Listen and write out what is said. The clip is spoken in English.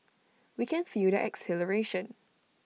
we can feel their exhilaration